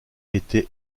était